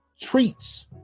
treats